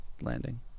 landing